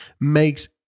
makes